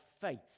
faith